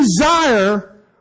desire